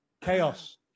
chaos